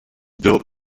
built